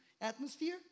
atmosphere